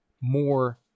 more